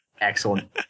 Excellent